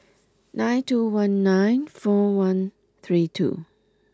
nine two one nine four one three two